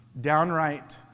downright